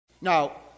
Now